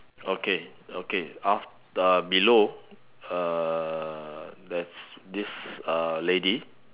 okay okay af~ uh below err there's this err lady